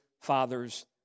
father's